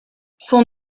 son